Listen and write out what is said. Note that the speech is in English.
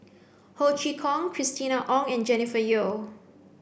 Ho Chee Kong Christina Ong and Jennifer Yeo